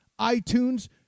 iTunes